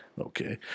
Okay